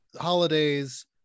holidays